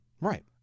Right